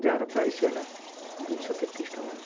ଯାହାର ପ୍ରାଇସ୍ ହେଲା ଦୁଇଶହ ତେତିଶ ଟଙ୍କା